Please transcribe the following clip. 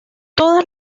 todas